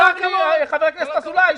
כל הכבוד לחבר הכנסת אזולאי,